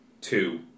two